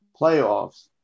playoffs